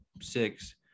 six